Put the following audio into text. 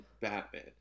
Batman